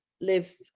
live